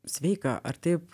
sveika ar taip